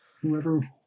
whoever